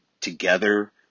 together